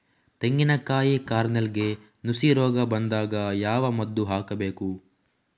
ತೆಂಗಿನ ಕಾಯಿ ಕಾರ್ನೆಲ್ಗೆ ನುಸಿ ರೋಗ ಬಂದಾಗ ಯಾವ ಮದ್ದು ಹಾಕಬೇಕು?